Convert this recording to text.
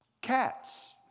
cats